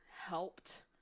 helped